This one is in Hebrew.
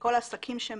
כל עסקים שהם